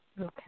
Okay